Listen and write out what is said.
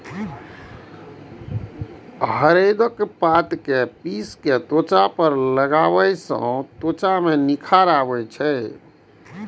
हरदिक पात कें पीस कें त्वचा पर लगाबै सं त्वचा मे निखार आबै छै